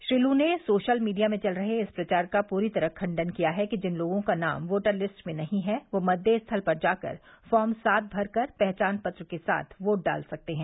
श्री लू ने social media में चल रहे इस प्रचार का पूरी तरह खंडन किया है कि जिन लोगों का नाम वोटर लिस्ट में नहीं है वह मतदेय स्थल पर जाकर फार्म सात भरकर पहचान पत्र के साथ वोट डाल सकते हैं